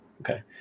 Okay